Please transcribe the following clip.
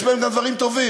יש בהן גם דברים טובים.